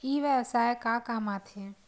ई व्यवसाय का काम आथे?